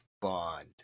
bond